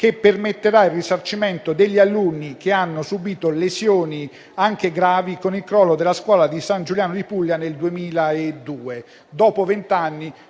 che permetterà il risarcimento degli alunni che hanno subito lesioni anche gravi a seguito del crollo della scuola di San Giuliano di Puglia nel 2002.